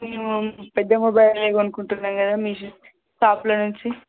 మేము పెద్ద మొబైల్నే కొనుకుంటున్నాము కదా మీ షాప్లో నుంచి